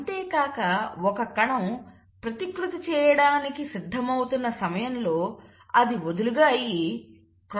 అంతేకాక ఒక కణం ప్రతికృతి చేయడానికి సిద్ధమవుతున్న సమయంలో అది వదులుగా అయ్యి క్రోమాటిన్గా మారుతుంది